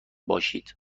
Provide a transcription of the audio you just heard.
باشید